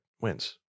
wins